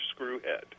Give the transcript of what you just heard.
Screwhead